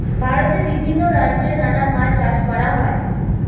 ভারতে বিভিন্ন রাজ্যে নানা মাছ চাষ করা হয়